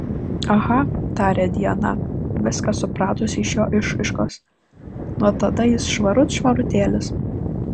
aha tarė diana viską supratusi iš jo išraiškos nuo tada jis švarut švarutėlis